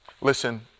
Listen